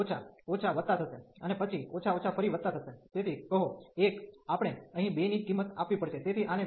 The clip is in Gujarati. તો ઓછા ઓછા વત્તા થશે અને પછી ઓછા ઓછા ફરી વત્તા થશે તેથી કહો 1 આપણે અહીં 2 ની કિંમત આપવી પડશે